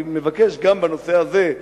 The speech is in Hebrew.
אני מבקש גם בנושא הזה,